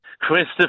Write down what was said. Christopher